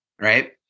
right